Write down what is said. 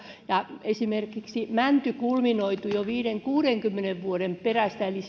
esimerkiksi mänty kulminoituu jo viidenkymmenen viiva kuudenkymmenen vuoden perästä eli